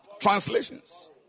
translations